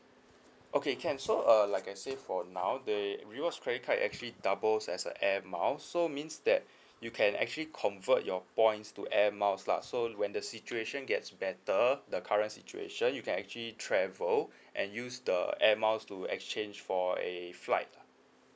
okay can so uh like I say for now the rewards credit card are actually doubles as a air miles so means that you can actually convert your points to air miles lah so when the situation gets better the current situation you can actually travel and use the air miles to exchange for a flight